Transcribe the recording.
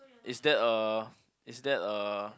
is that a is that a